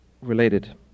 related